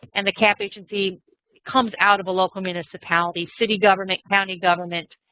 and the cap agency comes out of a local municipality. city government, county government.